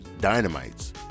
dynamite's